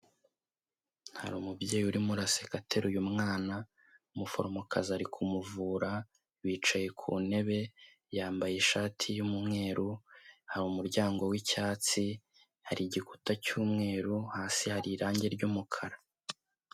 Hari umubyeyi urimo guseka ateruye umwana; umuforomokazi ari kumuvura bicaye ku ntebe yambaye ishati y'umweru. Hari umuryango wi'cyatsi, hari igikuta cy'umweru, hasi hari irangi ry'umukara